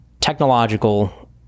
technological